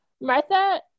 Martha